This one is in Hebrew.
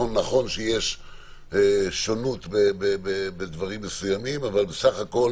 נכון שיש שונות בדברים מסוימים, אבל בסך הכול